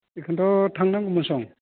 बेखौनोथ' थांनांगौमोन सं